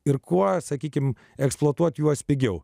ir kuo sakykime eksploatuoti juos pigiau